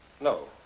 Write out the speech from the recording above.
no